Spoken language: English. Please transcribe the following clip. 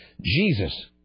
Jesus